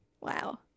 Wow